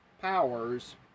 powers